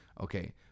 okay